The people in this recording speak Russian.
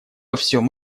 всем